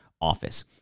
office